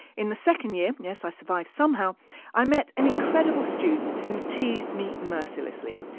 in the second year yes, i survived somehow i met an incredible student who teased me mercilessly.